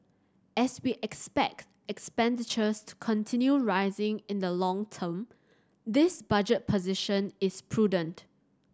as we expect expenditures to continue rising in the long term this budget position is prudent